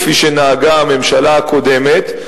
כפי שנהגה הממשלה הקודמת.